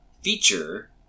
feature